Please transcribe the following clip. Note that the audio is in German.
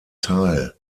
teil